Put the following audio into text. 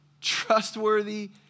Trustworthy